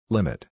Limit